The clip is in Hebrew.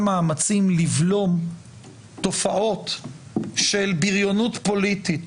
מאמצים לבלום תופעות של בריונות פוליטית,